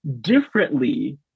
differently